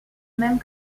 même